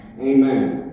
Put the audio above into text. Amen